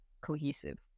cohesive